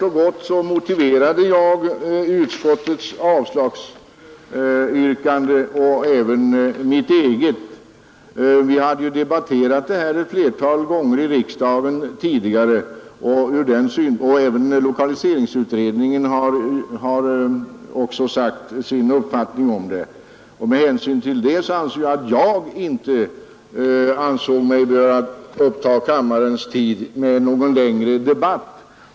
Jag motiverade kort och gott utskottets avslagsyrkande och även mitt eget. Riksdagen har ju flera gånger tidigare debatterat denna fråga, och även lokaliseringsutredningen har sagt sin uppfattning. Med hänsyn därtill ansåg jag mig inte böra ta upp kammarens tid med någon längre debatt.